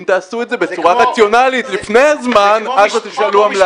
אם תעשו את זה בצורה רציונאלית לפני הזמן אז תשלמו עמלה.